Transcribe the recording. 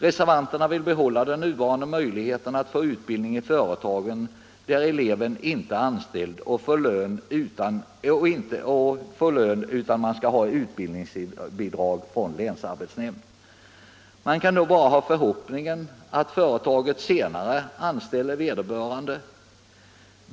Reservanterna vill behålla den nuvarande möjligheten till utbildning i företag där eleven inte är anställd och inte får lön utan skall ha utbildningsbidrag från länsarbetsnämnd. Man kan då bara ha förhoppningen att företaget senare anställer vederbörande.